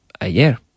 ayer